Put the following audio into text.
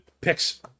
picks